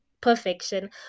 perfection